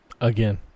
Again